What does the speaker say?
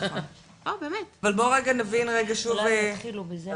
אולי תתחילו בזה